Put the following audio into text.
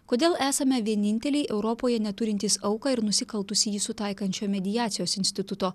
kodėl esame vieninteliai europoje neturintys auką ir nusikaltusįjį sutaikančio mediacijos instituto